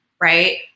right